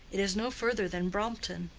it is no further than brompton.